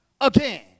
again